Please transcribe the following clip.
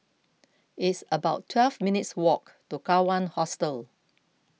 it's about twelve minutes' walk to Kawan Hostel